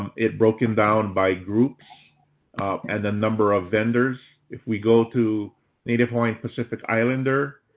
it broken down by groups and a number of vendors. if we go to native points pacific islander,